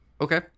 Okay